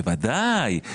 בוודאי,